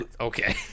Okay